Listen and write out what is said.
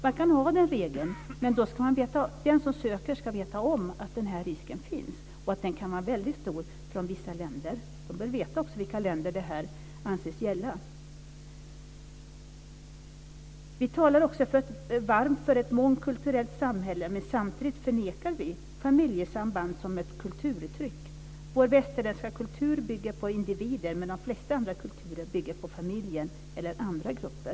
Man kan ha den regeln, men då ska de som söker veta om att den risken finns och att den kan vara väldigt stor från vissa länder. De bör också veta vilka länder det anses gälla. Vi talar varmt för ett mångkulturellt samhälle, men samtidigt förnekar vi familjesamband som ett kulturuttryck. Vår västerländska kultur bygger på individen, medan de flesta andra kulturer bygger på familjen eller andra grupper.